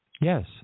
Yes